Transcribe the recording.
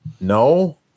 no